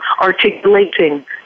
articulating